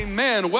Amen